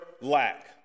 lack